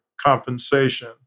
compensation